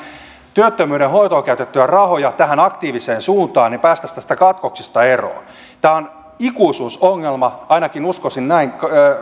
työttömyyden hoitoon käytettyjä rahoja tähän aktiiviseen suuntaan päästäisiin näistä katkoksista eroon tämä on ikuisuusongelma ainakin uskoisin näin